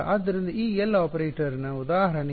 ಆದ್ದರಿಂದ ಈ L operator ನ ಉದಾಹರಣೆ ಏನು